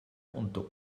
unter